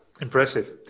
Impressive